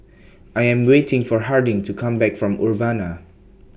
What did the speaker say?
I Am waiting For Harding to Come Back from Urbana